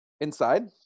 inside